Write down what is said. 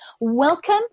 welcome